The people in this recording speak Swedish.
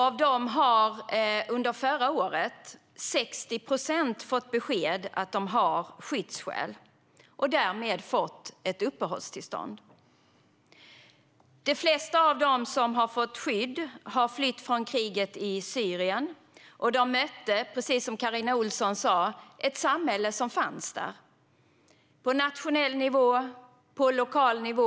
Av dem fick 60 procent besked förra året att de har skyddsskäl och har därmed fått uppehållstillstånd. De flesta av dem som har fått skydd har flytt från kriget i Syrien, och de mötte, precis som Carina Ohlsson sa, ett samhälle som fanns till hands på nationell och lokal nivå.